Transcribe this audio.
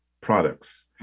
products